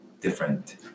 different